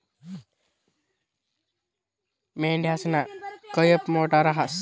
मेंढयासना कयप मोठा रहास